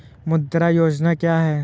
मुद्रा योजना क्या है?